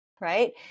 right